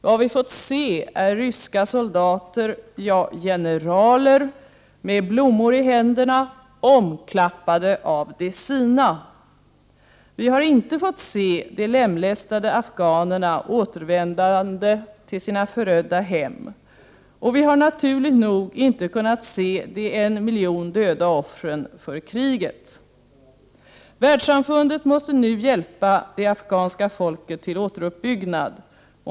Vad vi har fått se är ryska soldater — ja, generaler — med blommor i händerna, omklappade av de sina. Vi har inte fått se de lemlästade afghanerna återvändande till sina förödda hem. Och vi har naturligt nog inte kunnat se de en miljon döda offren för kriget. Världssamfundet måste nu hjälpa det afghanska folket till återuppbyggnad.